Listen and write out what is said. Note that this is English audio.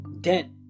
dent